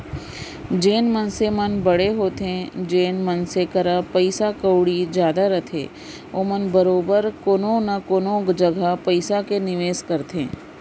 जेन मनसे मन बड़े होथे जेन मनसे करा पइसा कउड़ी जादा रथे ओमन बरोबर कोनो न कोनो जघा पइसा के निवेस करथे